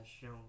shown